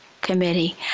Committee